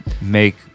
make